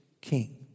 king